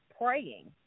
praying